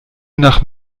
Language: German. nach